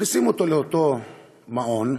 מכניסים אותו לאותו מעון,